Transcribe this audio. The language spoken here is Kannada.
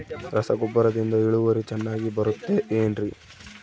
ರಸಗೊಬ್ಬರದಿಂದ ಇಳುವರಿ ಚೆನ್ನಾಗಿ ಬರುತ್ತೆ ಏನ್ರಿ?